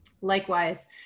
Likewise